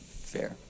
fair